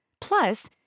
Plus